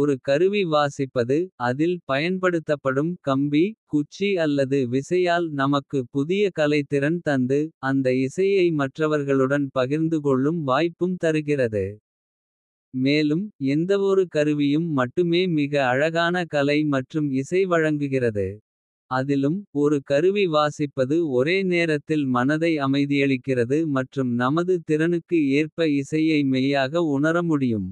ஒரு கருவி வாசிப்பது அதில் பயன்படுத்தப்படும் கம்பி. குச்சி அல்லது விசையால் நமக்கு புதிய கலைத்திறன் தந்து. அந்த இசையை மற்றவர்களுடன் பகிர்ந்துகொள்ளும் வாய்ப்பும் தருகிறது. மேலும் எந்தவொரு கருவியும் மட்டுமே மிக அழகான. கலை மற்றும் இசை வழங்குகிறது அதிலும். ஒரு கருவி வாசிப்பது ஒரே நேரத்தில் மனதை அமைதியளிக்கிறது. மற்றும் நமது திறனுக்கு ஏற்ப இசையை மெய்யாக உணர முடியும்.